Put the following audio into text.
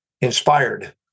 inspired